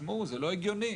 זה לא הגיוני.